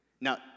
Now